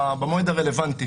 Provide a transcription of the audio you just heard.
זה הסיפור.